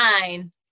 nine